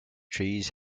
trees